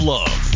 Love